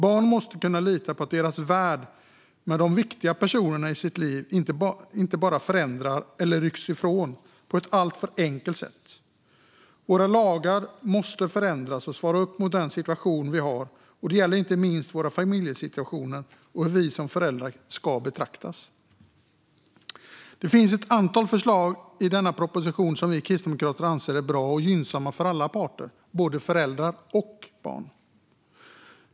Barn måste kunna lita på att deras värld med de viktiga personerna i deras liv inte kan förändras eller att föräldrarna kan ryckas ifrån dem på ett alltför enkelt sätt. Våra lagar måste förändras och svara upp mot den situation vi har, och det gäller inte minst våra familjesituationer och hur vi som föräldrar ska betraktas. Det finns ett antal förslag i denna proposition som vi kristdemokrater anser är bra och gynnsamma för alla parter, både föräldrar och barn.